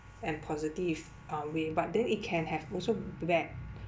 and positive um way but then it can have also bad